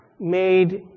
made